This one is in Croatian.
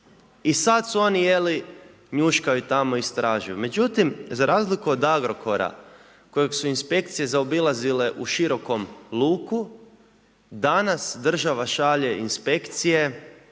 I sad su oni, je li, njuškaju tamo, istražuju. Međutim, za razliku od Agrokora kojeg su inspekcije zaobilazile u širokom luku, danas država šalje inspekcije